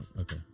Okay